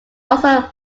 also